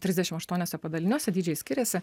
trisdešim aštuoniuose padaliniuose dydžiai skiriasi